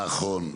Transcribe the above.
נכון.